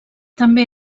també